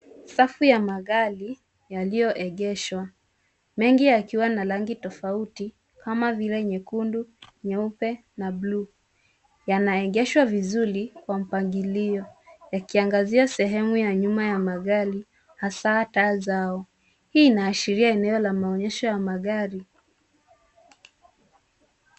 Safu ya magari yaliyoegeshwa. mengi yakiwa na rangi tofauti kama vile nyekundu, nyeupe na buluu yanaegeshwa vizuri kwa mpagilio yakiangazia sehemu ya nyuma ya magari hasaa taa zao. Hii inaashiria eneo la maonyesha ya magari.